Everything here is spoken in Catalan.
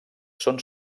són